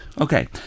Okay